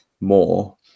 more